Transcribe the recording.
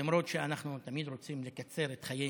למרות שאנחנו תמיד רוצים לקצר את חיי